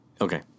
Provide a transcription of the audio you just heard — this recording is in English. Okay